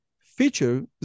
feature